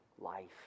life